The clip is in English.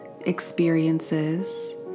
experiences